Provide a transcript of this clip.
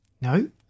No